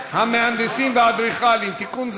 המהנדסים והאדריכלים (תיקון,